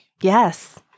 Yes